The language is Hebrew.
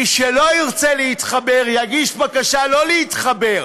מי שלא ירצה להתחבר, יגיש בקשה שלא להתחבר.